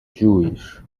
jewish